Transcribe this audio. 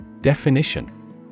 Definition